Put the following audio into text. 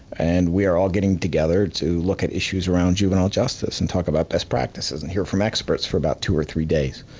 and we are all getting together to look at issues around juvenile justice, and talk about best practices, and hear from expert for about two or three days.